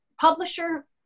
publisher